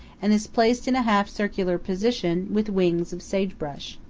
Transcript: and is placed in a half-circular position, with wings of sage brush.